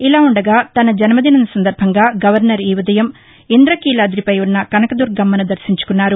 ఇలా ఉండగా తన జన్మదినం సందర్బంగా గవర్నర్ ఈ ఉదయం ఇంద్రకీలాదిపై ఉన్న కనకదుర్గమ్మను దర్భించుకున్నారు